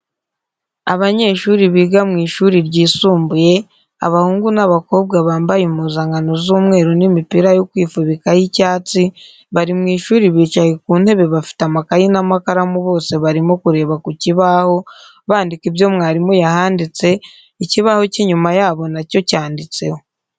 Abanyeshuri biga mu ishuri ryisumbuye, abahungu n'abakobwa bambaye impuzankano z'umweru n'imipira yo kwifubika y'icyatsi bari mu ishuri bicaye ku ntebe bafite amakaye n'amakaramu bose barimo kureba ku kibaho bandika ibyo mwarimu yahanditse, ikibaho cy'inyuma yabo nacyo cyanditseho.